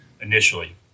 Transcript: initially